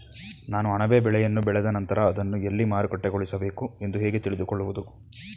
ನಾನು ಅಣಬೆ ಬೆಳೆಯನ್ನು ಬೆಳೆದ ನಂತರ ಅದನ್ನು ಎಲ್ಲಿ ಮಾರುಕಟ್ಟೆಗೊಳಿಸಬೇಕು ಎಂದು ಹೇಗೆ ತಿಳಿದುಕೊಳ್ಳುವುದು?